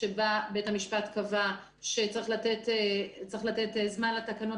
שבה בית המשפט קבע שצריך לתת זמן לתקנות